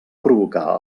provocar